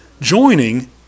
joining